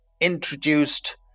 introduced